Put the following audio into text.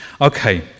Okay